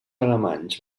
alemanys